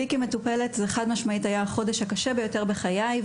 לי כמטופלת זה היה החודש הקשה ביותר בחיי.